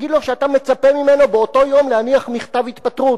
תגיד לו שאתה מצפה ממנו באותו יום להניח מכתב התפטרות.